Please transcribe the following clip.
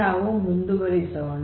ನಾವು ಈಗ ಮುಂದುವರಿಸೋಣ